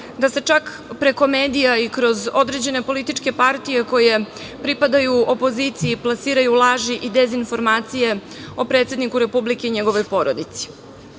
da se čak preko medija i kroz određene političke partije, koje pripadaju opoziciji, plasiraju laži i dezinformacije o predsedniku Republike i njegovoj porodici.